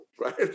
right